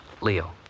Leo